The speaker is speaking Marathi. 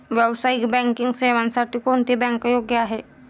व्यावसायिक बँकिंग सेवांसाठी कोणती बँक योग्य आहे?